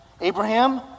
Abraham